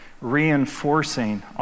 reinforcing